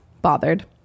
bothered